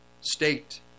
state